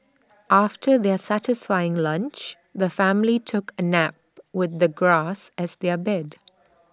after their satisfying lunch the family took A nap with the grass as their bed